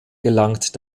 gelangt